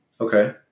Okay